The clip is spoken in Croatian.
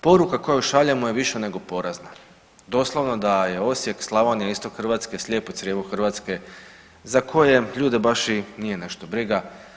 Poruka koju šaljemo je više nego porazna, doslovno da je Osijek, Slavonija, Istok Hrvatske slijepo crijevo Hrvatske za koje ljude baš i nije nešto briga.